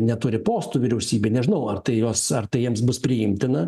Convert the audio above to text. neturi postų vyriausybėj nežinau ar tai juos ar tai jiems bus priimtina